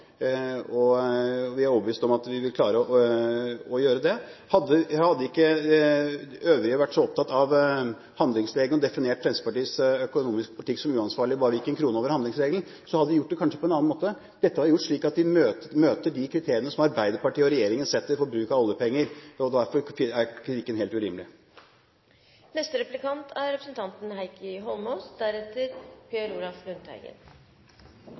og vi er overbevist om at vi vil klare å gjøre det. Hadde ikke de øvrige vært så opptatt av handlingsregelen og definert Fremskrittspartiets økonomiske politikk som uansvarlig bare vi går en krone over handlingsregelen, så hadde vi kanskje gjort det på en annen måte. Dette er gjort slik at vi møter de kriteriene som Arbeiderpartiet og regjeringen setter for bruk av oljepenger, og derfor er kritikken helt urimelig. Det er